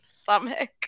stomach